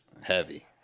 Heavy